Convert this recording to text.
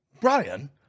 Brian